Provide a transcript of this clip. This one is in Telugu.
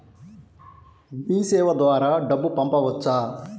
మీసేవ ద్వారా డబ్బు పంపవచ్చా?